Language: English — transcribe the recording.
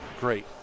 Great